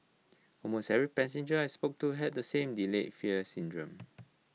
almost every passenger I spoke to had the same delayed fear syndrome